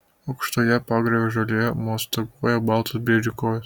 aukštoje pagriovio žolėje mostaguoja baltos briedžio kojos